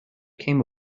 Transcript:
came